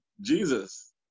Jesus